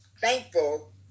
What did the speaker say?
thankful